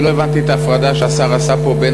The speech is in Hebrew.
אני לא הבנתי את ההפרדה שהשר עשה פה בין